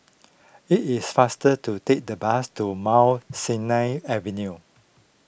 it is faster to take the bus to Mount Sinai Avenue